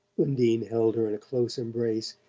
undine held her in a close embrace,